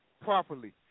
properly